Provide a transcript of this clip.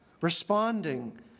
responding